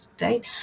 right